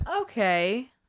Okay